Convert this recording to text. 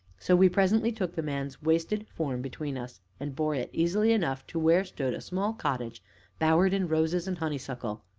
so we presently took the man's wasted form between us and bore it, easily enough, to where stood a small cottage bowered in roses and honeysuckle.